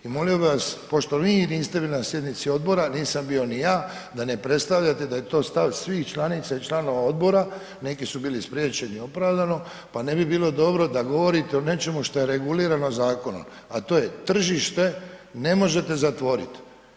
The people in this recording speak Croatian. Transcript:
I molio bih vas pošto vi niste bili na sjednici odbora, nisam bio ni ja da ne predstavljate da je to stav svih članica i članova odbora, neki su bili spriječeni opravdano, pa ne bi bilo dobro da govorite o nečemu što je regulirano zakonom a to je tržište ne možete zatvoriti.